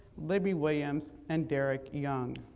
libby williams, and derek young.